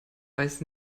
weiß